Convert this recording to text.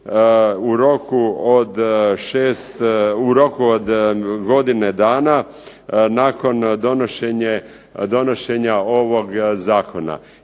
u roku od godine dana, nakon donošenja ovog zakona,